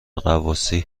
غواصی